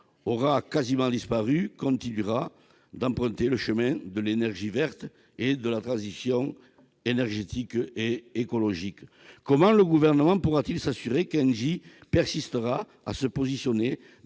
aura quasiment abandonné sa part continuera d'emprunter le chemin de l'énergie verte et de la transition énergétique et écologique ? Comment le Gouvernement pourra-t-il s'assurer qu'Engie persistera à se positionner